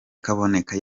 kaboneka